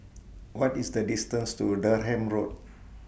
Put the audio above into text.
What IS The distance to Durham Road